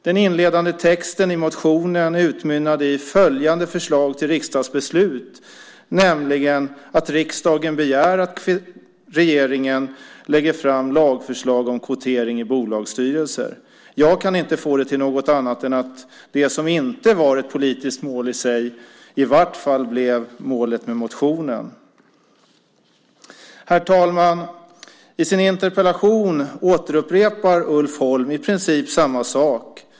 Den inledande texten i motionen utmynnade i följande förslag till riksdagsbeslut, nämligen att riksdagen begär att regeringen lägger fram lagförslag om kvotering i bolagsstyrelser. Jag kan inte få det till något annat än att det som inte var ett politiskt mål i sig i vart fall blev målet med motionen. Herr talman! I sin interpellation återupprepar Ulf Holm i princip samma sak.